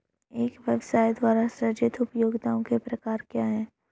एक व्यवसाय द्वारा सृजित उपयोगिताओं के प्रकार क्या हैं?